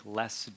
less